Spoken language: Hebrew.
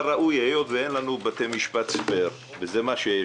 היות ואין לנו בתי משפט "ספר" וזה מה שיש